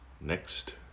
Next